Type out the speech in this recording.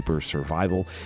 survival